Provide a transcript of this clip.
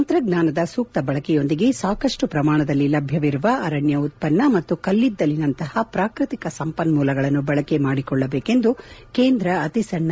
ತಂತ್ರಜ್ಞಾನದ ಸೂಕ್ತ ಬಳಕೆಯೊಂದಿಗೆ ಸಾಕಷ್ಟು ಪ್ರಮಾಣದಲ್ಲಿ ಲಭ್ಯವಿರುವ ಅರಣ್ಯ ಉತ್ಪನ್ನ ಮತ್ತು ಕಲ್ಲಿದ್ದಲಿನಂತಹ ಪ್ರಾಕೃತಿಕ ಸಂಪನ್ನೂಲಗಳನ್ನು ಬಳಕೆ ಮಾಡಿಕೊಳ್ಟಬೇಕೆಂದು ಕೇಂದ್ರ ಸಣ್ಣ